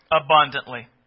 abundantly